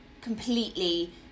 completely